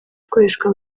ikoreshwa